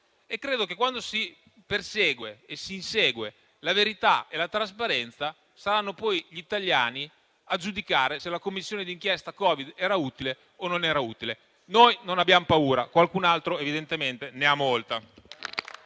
Credo che, quando si persegue e si insegue la verità e la trasparenza, saranno poi gli italiani a giudicare se la Commissione d'inchiesta Covid era utile o meno. Noi non abbiamo paura; qualcun altro evidentemente ne ha molta.